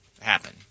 happen